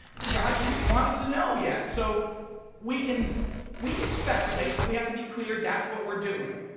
god didn't want us to know yet, so we can we can speculate, but we have to be clear that's what we're doing.